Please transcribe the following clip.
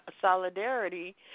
solidarity